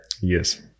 Yes